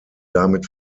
damit